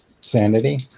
Sanity